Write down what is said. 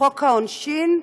חוק העונשין,